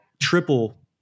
triple